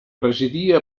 presidia